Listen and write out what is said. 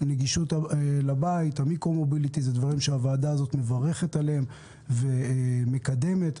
הנגישות לבית זה דבר שהוועדה הזאת מברכת עליה ומקדמת אותה.